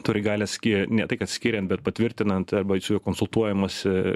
turi galią skie ne tai kad skiriant bet patvirtinant arba su juo konsultuojamasi